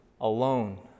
alone